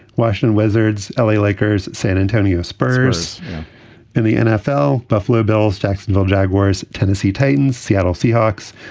washington wizards, l a. lakers. san antonio spurs in the nfl. buffalo bills. jacksonville jaguars. tennessee titans. seattle seahawks.